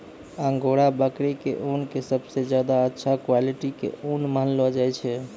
angora बकरी के ऊन कॅ सबसॅ ज्यादा अच्छा क्वालिटी के ऊन मानलो जाय छै